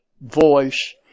voice